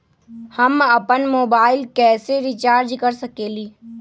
हम अपन मोबाइल कैसे रिचार्ज कर सकेली?